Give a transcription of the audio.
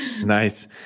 Nice